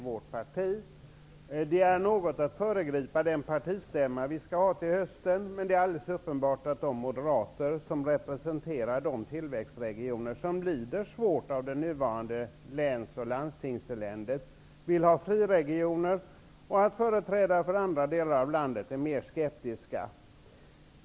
Det är att något föregripa den partistämma som vi skall ha till hösten, men det är alldeles uppenbart att de moderater som representerar de tillväxtregioner som lider svårt under det nuvarande läns och landstingseländet vill ha friregioner. Företrädare för andra delar av landet är mer skeptiska.